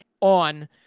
on